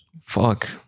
Fuck